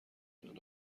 میان